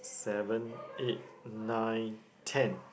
seven eight nine ten